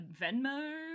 venmo